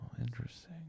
interesting